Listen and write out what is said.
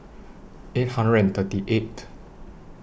eight hundred and thirty eighth